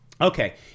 okay